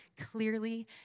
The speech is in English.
clearly